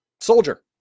soldier